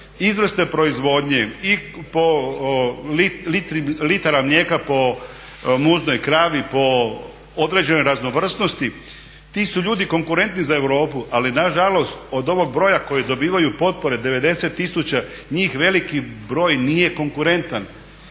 izvrsne proizvodnje i po litara mlijeka po muznoj kravi, po određenoj raznovrsnosti. Ti su ljudi konkurentni za Europu, ali na žalost od ovog broja koje dobivaju potpore 90000 njih veliki broj nije konkurentan.